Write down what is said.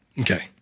Okay